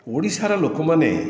ଓଡ଼ିଶାର ଲୋକମାନେ